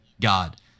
God